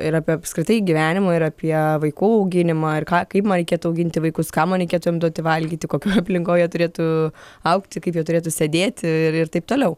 ir apie apskritai gyvenimą ir apie vaikų auginimą ir ką kaip man reikėtų auginti vaikus ką man reikėtų jiem duoti valgyti kokioj aplinkoj jie turėtų augti kaip jie turėtų sėdėti ir ir taip toliau